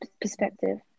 perspective